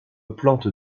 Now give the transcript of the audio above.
plante